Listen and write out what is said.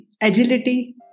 Agility